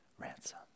ransom